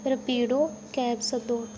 Rapido cab सद्दो